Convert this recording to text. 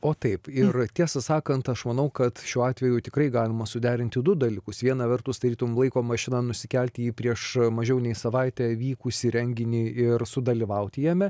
o taip ir tiesą sakant aš manau kad šiuo atveju tikrai galima suderinti du dalykus viena vertus tarytum laiko mašina nusikelti į prieš mažiau nei savaitę vykusį renginį ir sudalyvauti jame